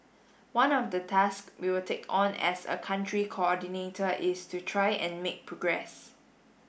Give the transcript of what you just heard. one of the task we will take on as a Country Coordinator is to try and make progress